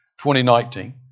2019